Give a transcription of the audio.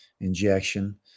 injection